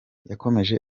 yakomeje